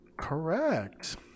Correct